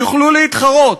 יוכלו להתחרות.